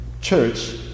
church